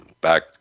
back